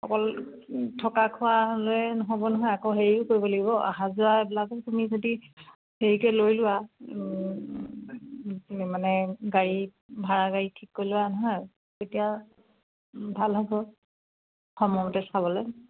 অকল থকা খোৱা নহ'ব নহয় আকৌ হেৰিও কৰিব লাগিব অহা যোৱা এইবিলাক তুমি যদি হেৰিকে লৈ লোৱা মানে গাড়ীত ভাড়া গাড়ী ঠিককৈ লোৱা নহয় তেতিয়া ভাল হ'ব সময়মতে চাবলে